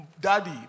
Daddy